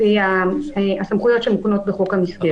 לפי הסמכויות שנתונות בחוק המסגרת.